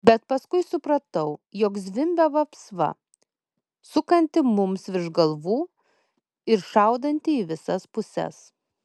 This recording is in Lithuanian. bet paskui supratau jog zvimbia vapsva sukanti mums virš galvų ir šaudanti į visas puses